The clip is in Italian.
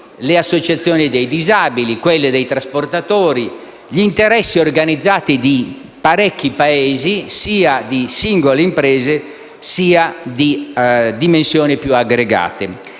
le associazioni dei disabili, quelle dei trasportatori, gli interessi organizzati di parecchi Paesi, sia di singole imprese che di organi di dimensioni più aggregate.